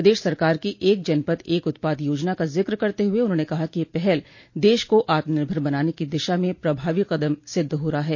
प्रदेश सरकार की एक जनपद एक उत्पाद योजना का जिक्र करते हुए उन्होंने कहा कि यह पहल देश को आत्मनिर्भर बनाने की दिशा में प्रभावी कदम सिद्ध हो रहा है